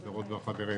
החברות והחברים.